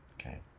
okay